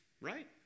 right